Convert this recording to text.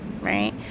Right